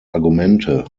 argumente